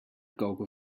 koken